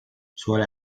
suele